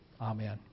Amen